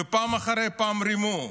ופעם אחרי פעם רימו.